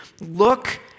look